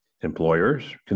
Employers